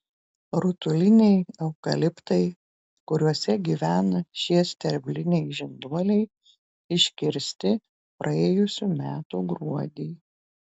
rutuliniai eukaliptai kuriuose gyvena šie sterbliniai žinduoliai iškirsti praėjusių metų gruodį